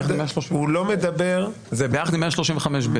הוא לא מדבר --- זה ביחד עם 135(ב).